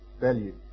value